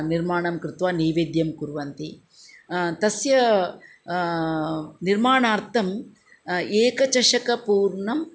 निर्माणं कृत्वा नैवेद्यं कुर्वन्ति तस्य निर्माणार्थम् एकचषकपूर्णम्